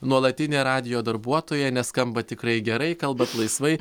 nuolatinė radijo darbuotoja nes skambat tikrai gerai kalbat laisvai